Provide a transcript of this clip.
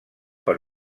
per